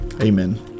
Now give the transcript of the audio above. Amen